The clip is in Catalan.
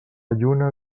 lluna